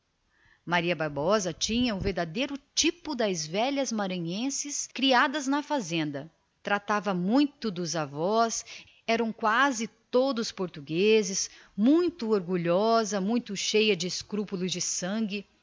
maria bárbara tinha o verdadeiro tipo das velhas maranhenses criadas na fazenda tratava muito dos avós quase todos portugueses muito orgulhosa muito cheia de escrúpulos de sangue